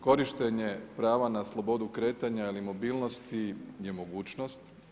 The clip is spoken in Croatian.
Korištenje prava na slobodu kretanja ili mobilnosti je mogućnost.